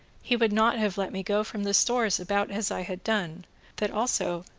he would not have let me go from the stores about as i had done that also,